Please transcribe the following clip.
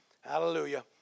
hallelujah